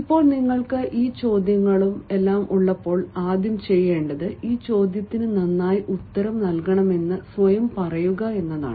ഇപ്പോൾ നിങ്ങൾക്ക് ഈ ചോദ്യങ്ങളും എല്ലാ ഉള്ളപ്പോൾ ആദ്യം ചെയ്യേണ്ടത് ഈ ചോദ്യങ്ങൾക്ക് നന്നായി ഉത്തരം നൽകാമെന്ന് സ്വയം പറയുക എന്നതാണ്